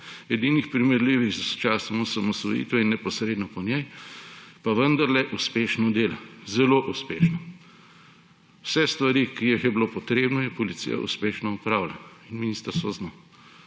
edinih primerljivi s časom osamosvojitve in neposredno po njej, pa vendarle uspešno dela, zelo uspešno. Vse stvari, ki jih je bilo treba, je Policija uspešno opravila in ministrstvo z